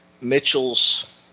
Mitchell's